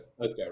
Okay